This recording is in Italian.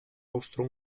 austro